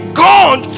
gone